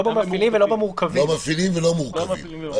לא במפעילים ולא במורכבים.